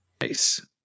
nice